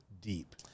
deep